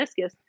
meniscus